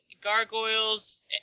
Gargoyles